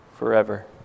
Forever